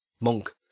monk